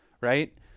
right